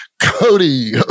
cody